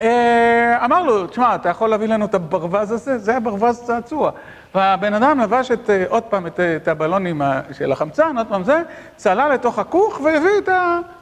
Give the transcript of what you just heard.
אמר לו, תשמע, אתה יכול להביא לנו את הברווז הזה? זה היה ברווז צעצוע. והבן אדם לבש את, עוד פעם את הבלונים של החמצן, עוד פעם זה, צלל לתוך הכוך והביא את ה...